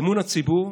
אמון הציבור